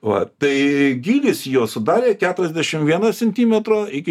va tai gylis jo sudarė keturiasdešim vieną centimetrą iki